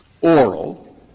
oral